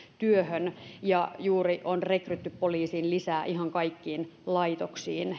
työhön ja juuri on rekrytty poliisiin lisää henkilöitä ihan kaikkiin laitoksiin